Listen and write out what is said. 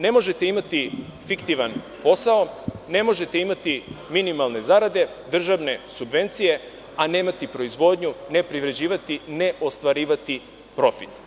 Ne možete imati fiktivan posao, ne možete imati minimalne zarade, državne subvencije, a nemati proizvodnju, ne privređivati, ne ostvarivati profit.